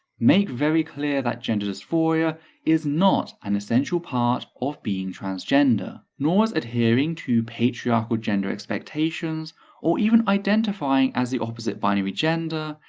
make very clear that gender dysphoria is not an essential part of being transgender. nor is adhering to patriarchal gender expectations or even identifying as the opposite binary gender,